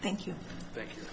thank you thank you